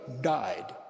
died